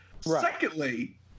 Secondly